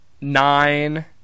nine